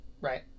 right